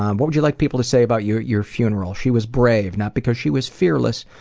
what would you like people to say about you at your funeral? she was brave. not because she was fearless,